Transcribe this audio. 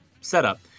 setup